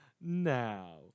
Now